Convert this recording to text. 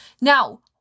Now